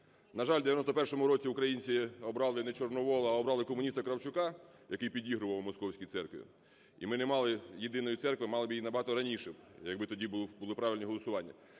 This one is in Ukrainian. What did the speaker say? На жаль, у 91-му році українці обрали не Чорновола, а обрали комуніста Кравчука, який підігрував московській церкві, і ми не мали єдиної церкви, мали б її набагато раніше, якби тоді були правильні голосування.